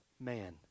Man